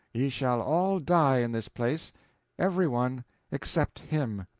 ye shall all die in this place every one except him.